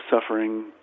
suffering